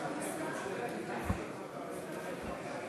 ומשפט נתקבלה.